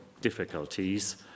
difficulties